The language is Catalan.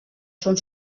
són